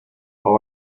how